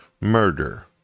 murder